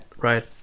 right